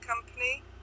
company